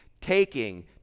taking